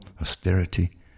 austerity